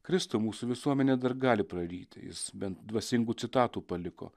kristų mūsų visuomenė dar gali praryti jis bent dvasingų citatų paliko